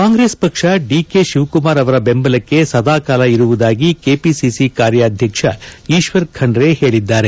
ಕಾಂಗ್ರೆಸ್ ಪಕ್ಷ ಡಿಕೆ ಶಿವಕುಮಾರ್ ಅವರ ಬೆಂಬಲಕ್ಕೆ ಸದಾ ಕಾಲ ಇರುವುದಾಗಿ ಕೆಪಿಸಿಸಿ ಕಾರ್ಯಾಧ್ಯಕ್ಷ ಈಶ್ವರ್ ಖಂಡ್ರೆ ಹೇಳಿದ್ದಾರೆ